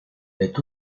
est